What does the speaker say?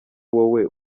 wowe